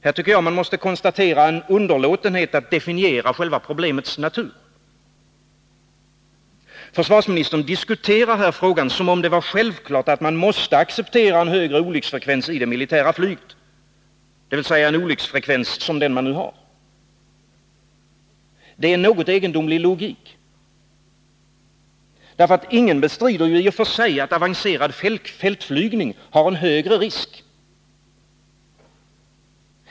Här tycker jag att man måste konstatera en underlåtenhet att definiera själva problemets natur. Försvarsministern diskuterar frågan som om det var självklart att man måste acceptera en högre olycksfrekvens i det militära flyget, dvs. en olycksfrekvens som den man nu har. Det är en något egendomlig logik. Ingen bestrider ju i och för sig att avancerad fältflygning har en högre risk.